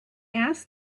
asked